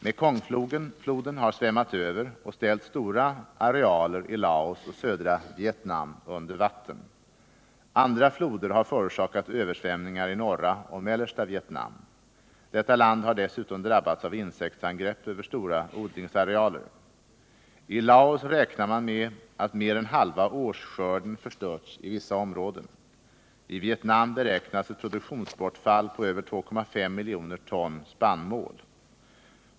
Mekongfloden har svämmat över och ställt stora arealer i Laos och södra Vietnam under vatten. Andra floder har förorsakat översvämningar i norra och mellersta Vietnam. Detta land har dessutom drabbats av insektsangrepp över stora odlingsarealer. I Laos räknar man med att mer än halva årsskörden förstörts i vissa områden. I Vietnam beräknas ett produktionsbortfall på över 2,5 miljoner ton spannmål.